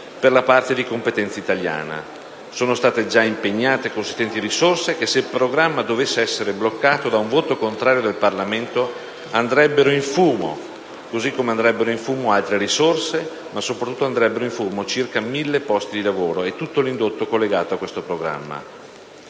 per la parte di competenza italiana. Sono state già impegnate consistenti risorse che, se il programma dovesse essere bloccato da un voto contrario del Parlamento, andrebbero in fumo, così come andrebbero in fumo altre risorse, ma soprattutto circa 1.000 posti di lavoro e tutto l'indotto collegato a questo programma.